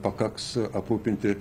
pakaks aprūpinti